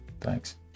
Thanks